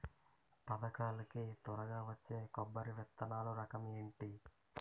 పథకాల కి త్వరగా వచ్చే కొబ్బరి విత్తనాలు రకం ఏంటి?